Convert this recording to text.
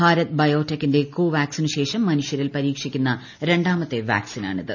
ഭാരത് ബയോടെക്കിന്റെ കോവാക്സിനു ശേഷം മനുഷ്യരിൽ പരീക്ഷിക്കുന്ന രണ്ടാമത്തെ വാക്സിൻ ആണിത്